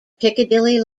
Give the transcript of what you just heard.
piccadilly